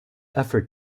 effort